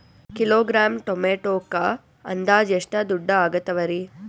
Kilogram ಟೊಮೆಟೊಕ್ಕ ಅಂದಾಜ್ ಎಷ್ಟ ದುಡ್ಡ ಅಗತವರಿ?